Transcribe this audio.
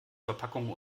verpackung